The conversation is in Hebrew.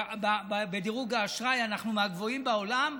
ובדירוג האשראי אנחנו מהגבוהים בעולם,